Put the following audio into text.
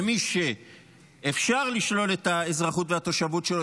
ומי שאפשר לשלול את האזרחות והתושבות שלו,